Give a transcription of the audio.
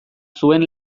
zuen